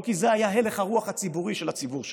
ולא כי זה היה לך הרוח הציבורי של הציבור שלו.